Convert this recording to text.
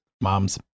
Moms